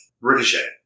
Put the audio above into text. Ricochet